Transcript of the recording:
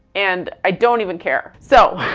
and i don't even care. so,